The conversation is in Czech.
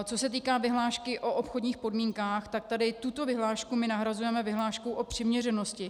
Co se týká vyhlášky o obchodních podmínkách, tak tuto vyhlášku nahrazujeme vyhláškou o přiměřenosti.